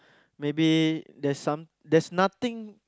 maybe there's some there's nothing